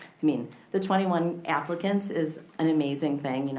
i mean the twenty one applicants is an amazing thing. and